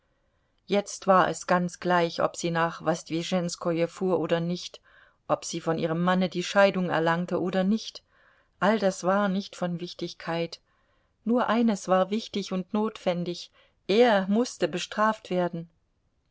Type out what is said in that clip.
jetzt war es ganz gleich ob sie nach wosdwischenskoje fuhr oder nicht ob sie von ihrem manne die scheidung erlangte oder nicht all das war nicht von wichtigkeit nur eines war wichtig und notwendig er mußte bestraft werden